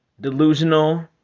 delusional